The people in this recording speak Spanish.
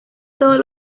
todos